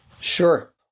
Sure